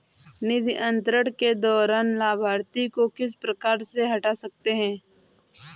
निधि अंतरण के दौरान लाभार्थी को किस प्रकार से हटा सकते हैं?